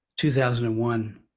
2001